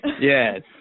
yes